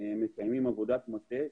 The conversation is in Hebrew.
אנחנו מקיימים עבודת מטה,